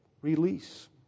release